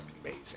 amazing